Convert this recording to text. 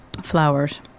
flowers